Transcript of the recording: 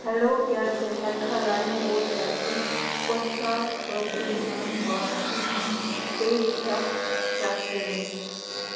hello کیٛاہ ژٕ ہٮ۪ککھا لایِم روڈ پؠٹھٕ پۄشاک خٲطرٕ میٛٲنۍ واپسی ہٕنٛدۍ پیش رَفت چَک کٔرِتھ